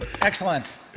Excellent